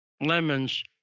Lemon's